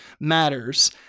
matters